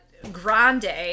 grande